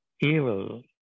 evil